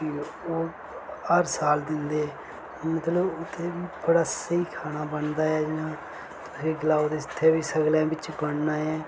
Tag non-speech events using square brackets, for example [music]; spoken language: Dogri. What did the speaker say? ओह् हर साल दिंदे मतलब उत्थे बड़ा स्हेई खाना बनदा ऐ जियां [unintelligible] सगले बिच्च बनना ऐ